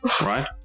right